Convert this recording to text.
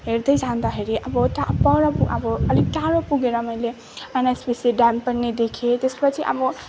हेर्दै जाँदाखेरि अब पर अब अलिक टाढो पुगेर मैले एनएचपिसी ड्याम पनि देखेँ त्यसपछि अब